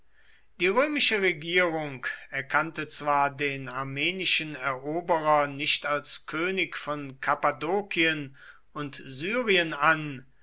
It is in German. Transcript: die römische regierung erkannte zwar den armenischen eroberer nicht als könig von kappadokien und syrien an